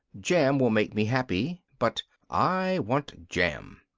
jam will make me happy, but i want jam.